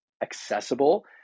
accessible